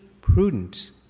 prudent